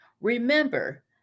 remember